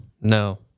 no